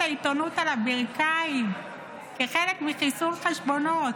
העיתונות על הברכיים כחלק מחיסול חשבונות,